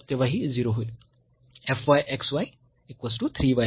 तेव्हा ही 0 होईल